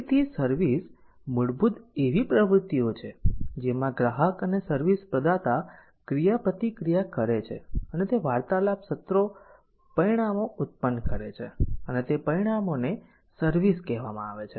તેથી સર્વિસ મૂળભૂત રીતે એવી પ્રવૃત્તિઓ છે જેમાં ગ્રાહક અને સર્વિસ પ્રદાતા ક્રિયાપ્રતિક્રિયા કરે છે અને તે વાર્તાલાપ સત્રો પરિણામો ઉત્પન્ન કરે છે અને તે પરિણામોને સર્વિસ કહેવામાં આવે છે